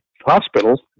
Hospital